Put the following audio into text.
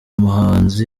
muhanzi